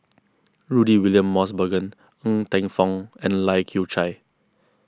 Rudy William Mosbergen Ng Teng Fong and Lai Kew Chai